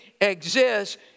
exists